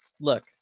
look